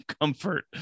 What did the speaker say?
comfort